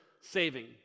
saving